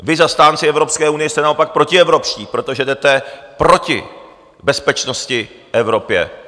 Vy, zastánci Evropské unie, jste naopak protievropští, protože jdete proti bezpečnosti v Evropě.